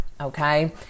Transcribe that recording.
okay